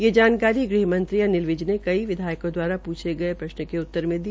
यह जानकारी गृह मंत्री अनिल विज ने कई विधायकों द्वारा पूछे गये प्रश्न के उत्तर में दी